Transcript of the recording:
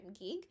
gig